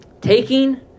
Taking